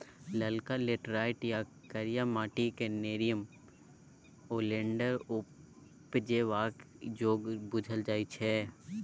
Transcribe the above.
ललका लेटैराइट या करिया माटि क़ेँ नेरियम ओलिएंडर उपजेबाक जोग बुझल जाइ छै